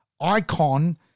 icon